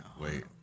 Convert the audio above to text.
Wait